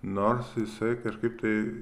nors jisai kažkaip tai